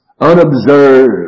unobserved